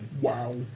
Wow